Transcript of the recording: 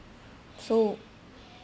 so